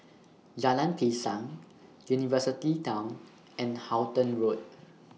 Jalan Pisang University Town and Halton Road